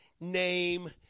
name